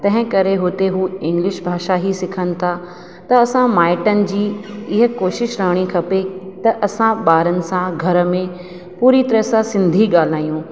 तंहिं करे हुते उहो इंग्लिश भाषा ई सिखनि था त असां माइटनि जी इहा कोशिशि रहणी खपे त असां ॿारनि सां घर में पूरी तरह सां सिंधी ॻाल्हायूं